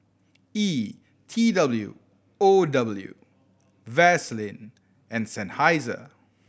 E T W O W Vaseline and Seinheiser